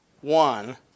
One